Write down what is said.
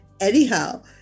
Anyhow